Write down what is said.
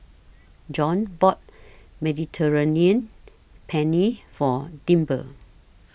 John bought Mediterranean Penne For Dimple